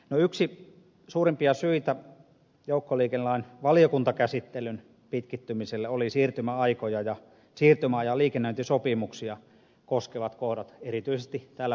no yksi suurimpia syitä joukkoliikennelain valiokuntakäsittelyn pitkittymiselle oli siirtymäaikoja ja siirtymäajan liikennöintisopimuksia koskevat kohdat erityisesti täällä pääkaupunkiseudulla